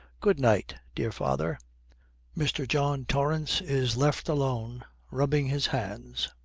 good-night, dear father mr. john torrance is left alone, rubbing his hands.